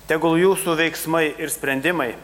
tegul jūsų veiksmai ir sprendimai